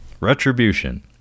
Retribution